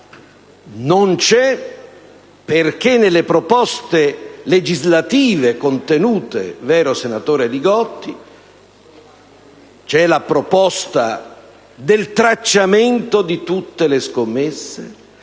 Non c'è perché, nelle proposte legislative in essa contenute (vero, senatore Li Gotti?), ci sono le proposte del tracciamento di tutte le scommesse,